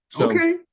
Okay